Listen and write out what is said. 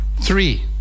three